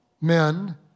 Men